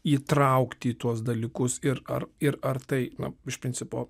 įtraukti į tuos dalykus ir ar ir ar tai na iš principo